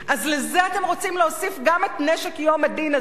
אז לזה אתם רוצים להוסיף גם את נשק יום הדין הזה?